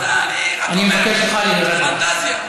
אני מבקש ממך, לא הרצאה, אני רק אומר: פנטזיה.